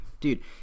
dude